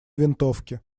винтовки